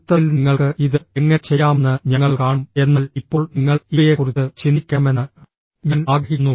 അടുത്തതിൽ നിങ്ങൾക്ക് ഇത് എങ്ങനെ ചെയ്യാമെന്ന് ഞങ്ങൾ കാണും എന്നാൽ ഇപ്പോൾ നിങ്ങൾ ഇവയെക്കുറിച്ച് ചിന്തിക്കണമെന്ന് ഞാൻ ആഗ്രഹിക്കുന്നു